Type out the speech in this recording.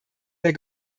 der